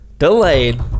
Delayed